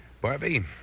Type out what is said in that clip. Barbie